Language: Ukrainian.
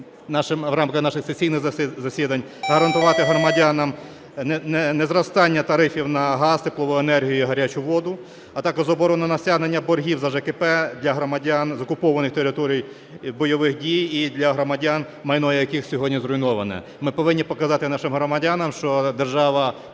в рамках наших сесійних засідань гарантувати громадянам незростання тарифів на газ, теплову енергію і гарячу воду, а також заборону на стягнення боргів за ЖКП для громадян з окупованих територій бойових дій і для громадян, майно яких сьогодні зруйноване. Ми повинні показати нашим громадянам, що держава